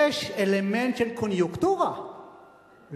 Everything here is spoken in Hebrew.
יש אלמנט של קוניונקטורה,